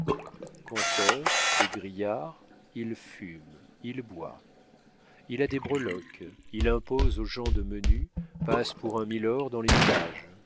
conteur égrillard il fume il boit il a des breloques il impose aux gens de menu passe pour un milord dans les villages